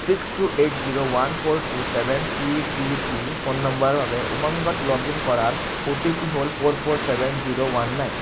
six two eight zero one four two seven three three three phone নম্বৰৰ বাবে উমংগত log in কৰাৰ OTP হ'ল four four seven zero one nine